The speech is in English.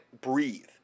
breathe